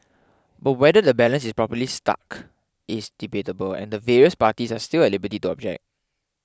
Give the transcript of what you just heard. but whether the balance is properly struck is debatable and the various parties are still at liberty to object